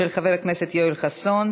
של חבר הכנסת יואל חסון: